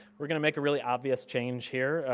we're gonna make a really obvious change here,